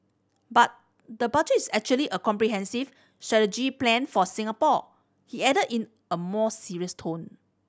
but the Budget is actually a comprehensive plan for Singapore he added in a more serious tone